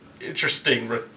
interesting